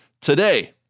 today